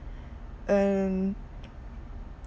um